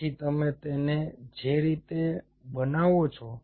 તેથી તમે તેને જે રીતે બનાવો છો